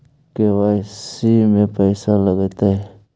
KYC में पैसा लगतै?